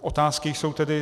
Otázky jsou tedy: